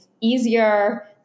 easier